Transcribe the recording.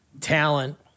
talent